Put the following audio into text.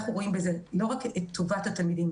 אנחנו רואים בזה לא רק את טובת התלמידים